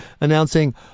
announcing